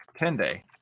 10-day